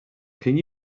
can